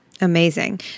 Amazing